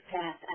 path